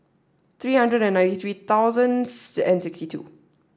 three hundred and ninety three thousands and sixty two